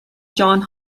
johns